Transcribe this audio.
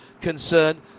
concern